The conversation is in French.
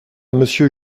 monsieur